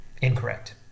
Incorrect